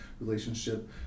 relationship